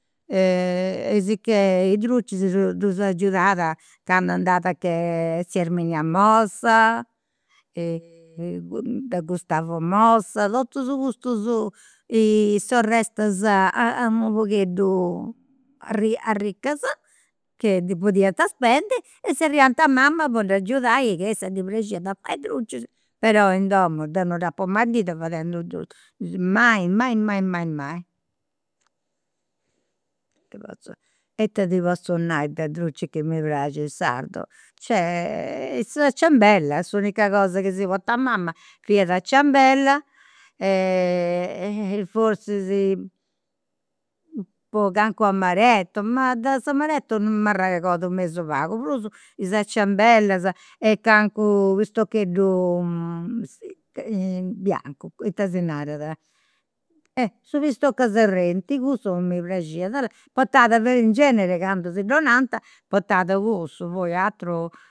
E sicchè i' drucis ddus agiudada candu andat a che tzia Erminia Mossa, de Gustavu Mossa, totus custus, sorrestas u' pogheddu arri arricas, che podiant spendi e zerriant a mama po dd'agiudai ca issa ddi praxiat a fai drucis, però in domu deu non dd'apu mai bida fadendu drucis, mai mai mai mai mai. e ita ti potzu nai de drucis chi mi praxit sardo. ciambellas, s'unica cosa chi si portat mama fiat ciambella e e forzis calincunu amaretu, ma de s'amaretu non m'arregodu mesu pagu, prus is ciambellas e calincunu pistocheddu biancu, ita si narat, su pistocu 'e, cussu mi praxiat, portat, in genere candu si dd'onant, portat cussu poi ateru